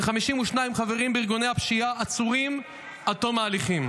ו-52 חברים בארגוני הפשיעה עצורים עד תום ההליכים.